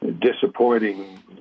disappointing